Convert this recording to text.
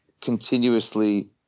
continuously